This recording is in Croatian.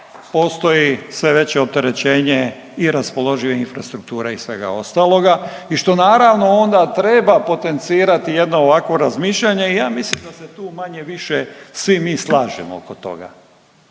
postoji sve veće opterećenje i raspoloživih infrastruktura i svega ostaloga i što naravno onda treba potencirati jedno ovakvo razmišljanje i ja mislim da se tu manje-više svi mi slažemo oko toga.